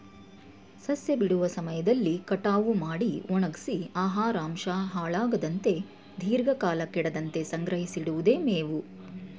ಸಸ್ಯ ಬಿಡುವ ಸಮಯದಲ್ಲಿ ಕಟಾವು ಮಾಡಿ ಒಣಗ್ಸಿ ಆಹಾರಾಂಶ ಹಾಳಾಗದಂತೆ ದೀರ್ಘಕಾಲ ಕೆಡದಂತೆ ಸಂಗ್ರಹಿಸಿಡಿವುದೆ ಮೇವು